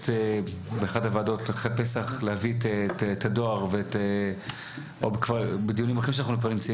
באחת הוועדות אחרי פסח או בדיונים אחרים שאנחנו נמצאים,